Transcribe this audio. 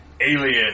Alien